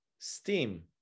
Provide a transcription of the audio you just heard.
Steam